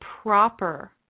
proper